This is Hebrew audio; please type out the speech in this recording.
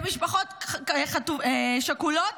למשפחות שכולות,